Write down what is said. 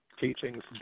teachings